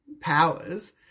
powers